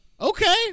Okay